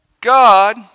God